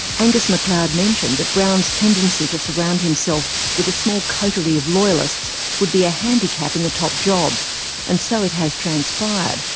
angus macleod mentioned that brown's tendency to surround himself with a small coterie of loyalists would be a handicap in the top job and so it has transpired,